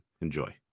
Enjoy